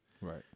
Right